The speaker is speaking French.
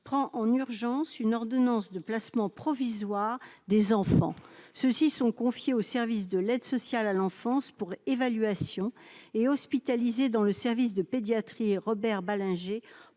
prend en urgence une ordonnance de placement provisoire des enfants, ceux-ci sont confiés au service de l'aide sociale à l'enfance pour évaluation et hospitalisée dans le service de pédiatrie Robert Ballanger